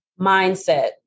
Mindset